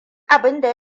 abinda